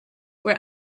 were